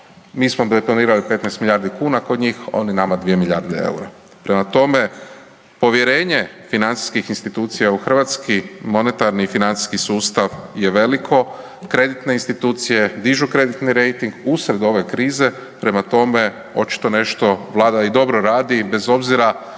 mi smo deponirali 15 milijardi kuna kod njih, oni nama 2 milijarde EUR-a. Prema tome, povjerenje financijskih institucija u Hrvatski monetarni i financijski sustav je veliko, kreditne institucije dižu kreditni rejting usred ove krize. Prema tome, očito nešto vlada i dobro radi i bez obzira